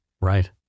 right